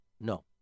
no